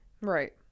Right